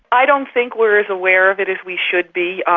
i don't think we're as aware of it as we should be.